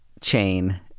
chain